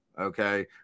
okay